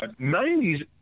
90s